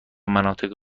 مناطق